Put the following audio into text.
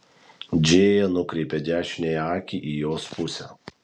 džėja nukreipė dešiniąją akį į jos pusę